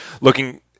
looking